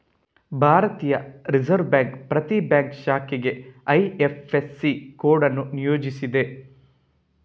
ಭಾರತೀಯ reserve bank ಪ್ರತಿ bank ಶಾಖೆಗೆ ಐ.ಎಫ್.ಎಸ್.ಸಿ ಕೋಡ್ ಅನ್ನು ನಿಯೋಜಿಸಿದೆ